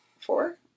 Four